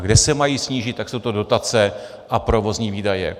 A kde se mají snížit, tak jsou to dotace a provozní výdaje.